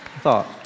thought